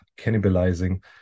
cannibalizing